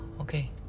Okay